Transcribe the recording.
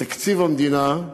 בתקציב המדינה,